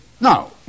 Now